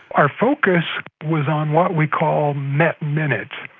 our focus was on what we call met minute,